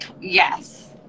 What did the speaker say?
Yes